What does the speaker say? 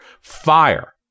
Fire